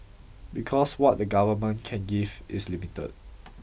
because what the government can give is limited